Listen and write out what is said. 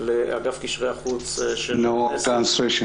לאגף קשרי החוץ של הכנסת.